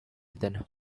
then